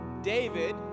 David